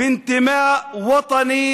בנאמנות,